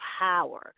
power